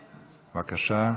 בבקשה.